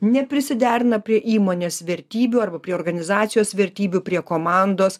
neprisiderina prie įmonės vertybių arba prie organizacijos vertybių prie komandos